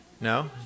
No